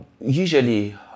usually